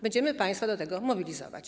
Będziemy państwa do tego mobilizować.